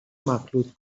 مخلوط